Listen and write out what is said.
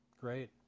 Great